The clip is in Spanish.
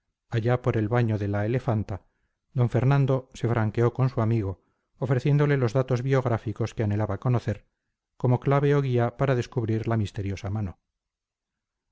allá por el baño de la elefanta d fernando se franqueó con su amigo ofreciéndole los datos biográficos que anhelaba conocer como clave o guía para descubrir la misteriosa mano